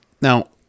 Now